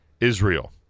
Israel